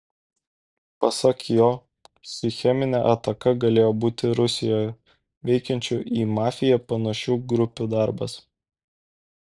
pasak jo ši cheminė ataka galėjo būti rusijoje veikiančių į mafiją panašių grupių darbas